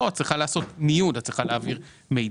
פה את צריכה לעשות ניוד את צריכה להעביר מידע